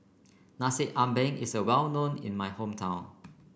Nasi Ambeng is well known in my hometown